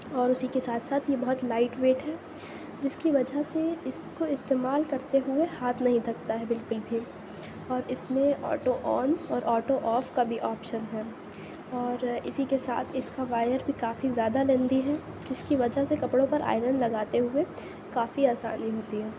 اور اسی کے ساتھ ساتھ یہ بہت لائٹ ویٹ ہے جس کی وجہ سے اس کو استعمال کرتے ہوئے ہاتھ نہیں تھکتا ہے بالکل بھی اور اس میں آٹو آن اور آٹو آف کا بھی آپشن ہے اور اسی کے ساتھ اس کا وائر بھی کافی زیادہ لیندی ہے جس کی وجہ سے کپڑوں پر آئرن لگاتے ہوئے کافی آسانی ہوتی ہے